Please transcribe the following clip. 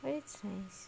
well that's nice